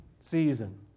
season